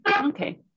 okay